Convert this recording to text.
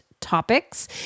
topics